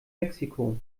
mexiko